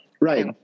right